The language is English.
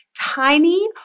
tiny